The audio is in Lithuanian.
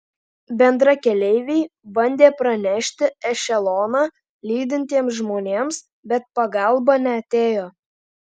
bendrakeleiviai bandė pranešti ešeloną lydintiems žmonėms bet pagalba neatėjo